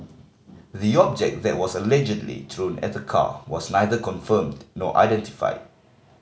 the object that was allegedly thrown at the car was neither confirmed nor identified